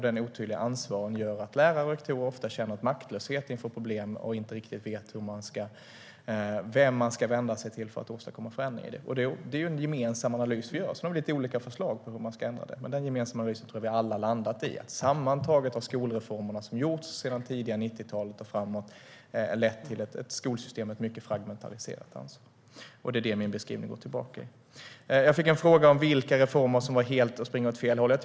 Det otydliga ansvaret gör att lärare och rektorer ofta känner maktlöshet inför problem och inte riktigt vet vem de ska vända sig till för att åstadkomma förändring. Det är en gemensam analys som vi gör. Sedan har vi lite olika förslag om hur vi ska ändra på det. Den gemensamma analysen har vi alla landat i, att skolreformerna som gjorts sedan det tidiga 90-talet och framåt sammantaget lett till ett skolsystem med ett starkt fragmentiserat ansvar. Det är det min beskrivning går tillbaka på. Jag fick en fråga om vilka reformer som var att springa åt helt fel håll.